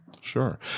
Sure